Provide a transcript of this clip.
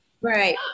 Right